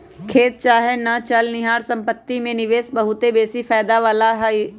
खेत चाहे न चलनिहार संपत्ति में निवेश बहुते बेशी फयदा बला होइ छइ